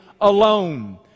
alone